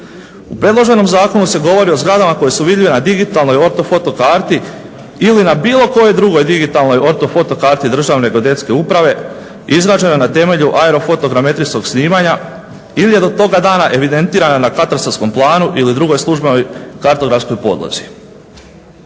U predloženom zakonu se govori o zgradama koje su vidljive na digitalnoj ortofoto karti ili na bilo kojoj drugoj digitalnoj ortofoto karti Državne geodetske uprave izrađene na temelju aerofoto geometrijskog snimanja ili je do toga dana evidentirana na katastarskom planu ili drugoj službenoj kartografskoj podlozi.